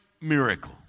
miracle